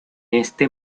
este